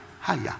higher